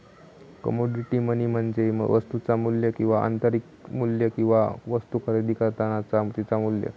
commodity money म्हणजे वस्तुचा मू्ल्य किंवा आंतरिक मू्ल्य किंवा वस्तु खरेदी करतानाचा तिचा मू्ल्य